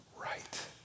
right